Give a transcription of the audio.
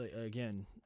again